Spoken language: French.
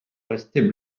rester